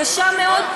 קשה מאוד,